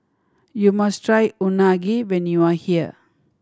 you must try Unagi when you are here